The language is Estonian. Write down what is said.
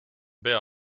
pea